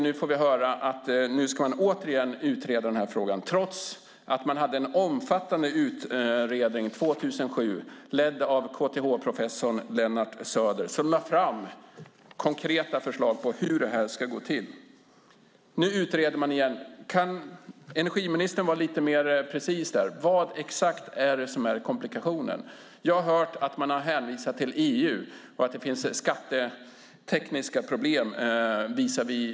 Nu får vi höra att nu ska man återigen utreda den här frågan, trots att man hade en omfattande utredning 2007, ledd av KTH-professorn Lennart Söder, som lade fram konkreta förslag på hur det här ska gå till. Nu utreder man igen. Kan energiministern vara lite mer precis. Vad exakt är det som är komplikationen? Jag har hört att man har hänvisat till EU och att det finns skattetekniska problem visavi EU.